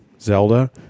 Zelda